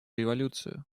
революцию